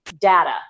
data